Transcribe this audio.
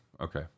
Okay